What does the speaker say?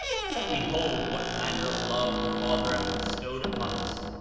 behold what manner of love the father hath bestowed upon us,